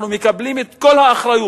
אנחנו מקבלים את כל האחריות,